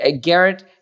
Garrett